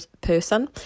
person